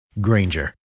Granger